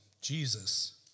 Jesus